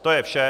To je vše.